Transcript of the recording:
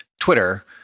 Twitter